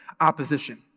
opposition